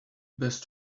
best